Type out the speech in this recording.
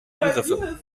angriffe